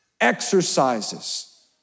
exercises